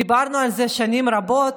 דיברנו על זה שנים רבות,